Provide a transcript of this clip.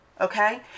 okay